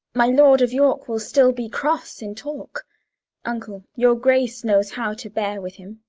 my lord of york will still be cross in talk uncle, your grace knows how to bear with him.